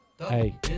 Hey